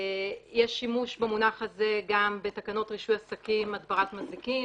יש שימוש במונח הזה גם בתקנות רישוי עסקים (הדברת מזיקים),